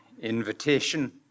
invitation